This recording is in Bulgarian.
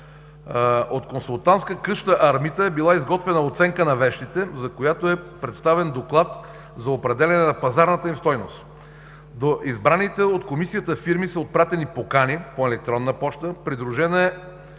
От консултантска къща „Армита“ е била изготвена оценка на вещите, за коeто е представен доклад за определяне на пазарната им стойност. До избраните от комисията фирми са отпратени покани по електронна поща, придружени с